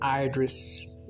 Idris